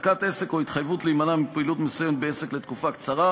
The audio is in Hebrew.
הפסקת עסק או התחייבות להימנע מפעילות מסוימת בעסק לתקופה קצרה,